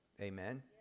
Amen